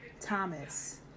Thomas